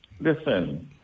listen